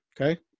okay